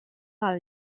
par